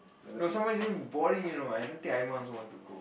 no during boring you know I don't think everyone also want to go